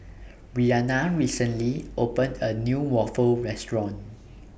Bryanna recently opened A New Waffle Restaurant